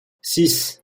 six